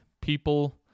people